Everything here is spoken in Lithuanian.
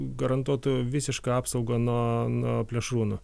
garantuotų visišką apsaugą nuo nuo plėšrūnų